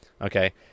Okay